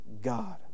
God